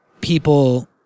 people